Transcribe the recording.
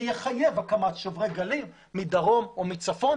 זה יחייב הקמת שוברי גלים מדרום או מצפון.